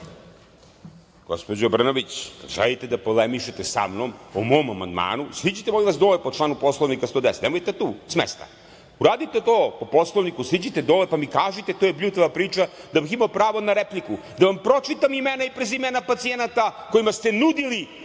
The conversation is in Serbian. Gospođo Brnabić, kada želite da polemišete sa mnom o mom amandmanu, siđite dole, molim vas, po članu poslovnika 110, nemojte tu s mesta. Uradite to po Poslovniku, siđite dole, pa mi kažite – to je bljutava priča, da bih imao pravo na repliku, da vam pročitam imena i prezimena pacijenata kojima ste nudili